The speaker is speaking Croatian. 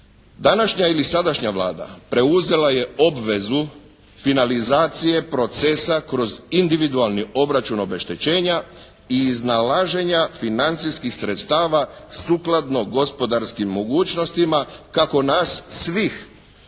Današnja ili sadašnja Vlada preuzela je obvezu finalizacije procesa kroz individualni obračun obeštećenja i iznalaženja financijskih sredstava sukladno gospodarskim mogućnostima kako nas svih